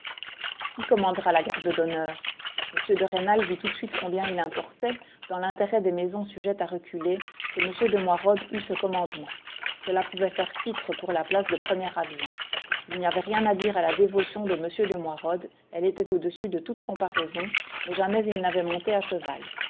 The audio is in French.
qui commandera la garde d'honneur m de rênal vit tout de suite combien il importait dans l'intérêt des maisons sujettes à reculer que m de moirod eût ce commandement cela pouvait faire titre pour la place de premier adjoint il n'y avait rien à dire à la dévotion de m de moirod elle était au-dessus de toute comparaison mais jamais il n'avait monté à cheval